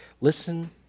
Listen